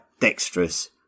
dexterous